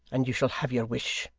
and you shall have your wish